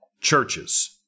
churches